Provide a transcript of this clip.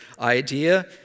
idea